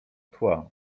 tla